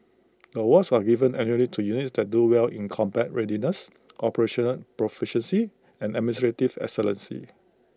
the awards are given annually to units that do well in combat readiness operational proficiency and administrative excellence